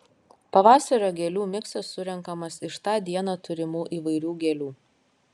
pavasario gėlių miksas surenkamas iš tą dieną turimų įvairių gėlių